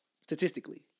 Statistically